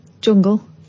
Jungle